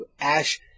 Ash